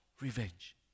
revenge